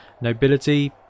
Nobility